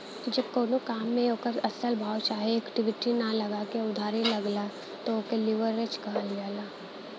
जब कउनो काम मे ओकर असल भाव चाहे इक्विटी ना लगा के उधारी लगला त ओके लीवरेज कहल जाला